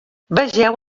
vegeu